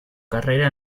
carrera